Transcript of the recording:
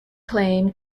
claim